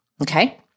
Okay